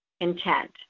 intent